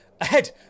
Ahead